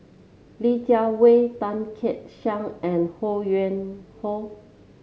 Li Jiawei Tan Kek Hiang and Ho Yuen Hoe